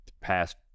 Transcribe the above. past